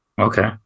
okay